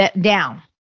down